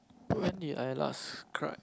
when did I last cry